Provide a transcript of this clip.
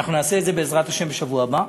אנחנו נעשה את זה, בעזרת השם, בשבוע הבא.